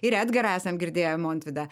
ir edgarą esam girdėję montvydą